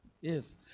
Yes